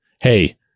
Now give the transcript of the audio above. hey